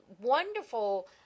wonderful